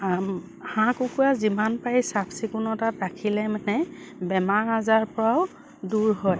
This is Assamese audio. হাঁহ কুকুৰা যিমান পাৰি চাফ চিকুণতাত ৰাখিলে মানে বেমাৰ আজাৰৰ পৰাও দূৰ হয়